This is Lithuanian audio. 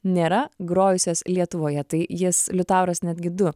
nėra grojusios lietuvoje tai jis liutauras netgi du